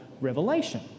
Revelation